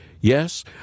Yes